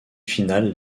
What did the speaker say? finale